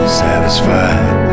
satisfied